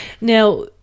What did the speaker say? Now